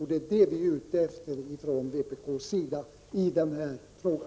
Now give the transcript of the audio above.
Det är vad vi från vpk:s sida är ute efter i denna fråga.